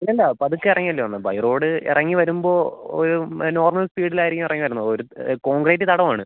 അല്ലല്ല പതുക്കെ ഇറങ്ങി അല്ലേ വന്നത് ബൈ റോഡ് ഇറങ്ങി വരുമ്പോൾ ഒരു നോർമൽ സ്പീഡിൽ ആയിരിക്കും ഇറങ്ങി വരുന്നത് ഒരു കോൺക്രീറ്റ് തടം ആണ്